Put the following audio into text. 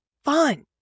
fun